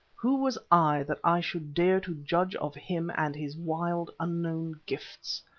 who was i that i should dare to judge of him and his wild, unknown gifts?